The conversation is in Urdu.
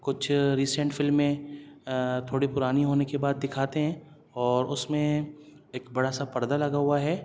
کچھ ریسنٹ فلمیں تھوڑی پرانے ہونے کے بعد دکھاتے ہیں اور اس میں ایک بڑا سا پردہ لگا ہوا ہے